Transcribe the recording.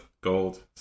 gold